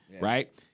right